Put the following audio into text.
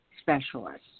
specialists